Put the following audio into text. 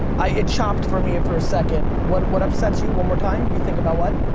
ah it chopped for me for a second, what what upsets you? one more time. you think about what?